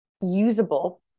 usable